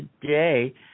today